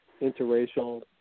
interracial